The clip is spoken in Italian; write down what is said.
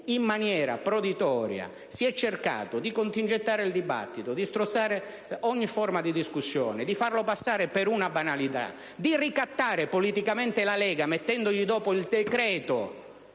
in maniera proditoria, si è cercato di contingentare il dibattito, di strozzare ogni forma di discussione, di farla passare per una banalità, di ricattare politicamente la Lega prevedendo subito dopo questo